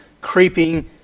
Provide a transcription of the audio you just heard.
creeping